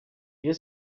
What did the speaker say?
rayon